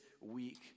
week